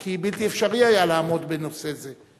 כי בלתי אפשרי היה לעמוד בנושא זה.